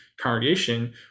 congregation